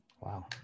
Wow